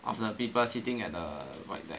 of the people sitting at the void deck